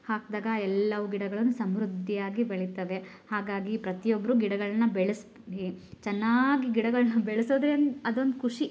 ಹಾಕಿದಾಗ ಎಲ್ಲ ಅವು ಗಿಡಗಳೂ ಸಮೃದ್ಧಿಯಾಗಿ ಬೆಳಿತಾವೆ ಹಾಗಾಗಿ ಪ್ರತಿ ಒಬ್ಬರು ಗಿಡಗಳನ್ನ ಬೆಳೆಸಿ ಹಿ ಚೆನ್ನಾಗಿ ಗಿಡಗಳನ್ನ ಬೆಳೆಸೋದೆ ಒಂದು ಅದೊಂದು ಖುಷಿ